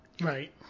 Right